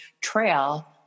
trail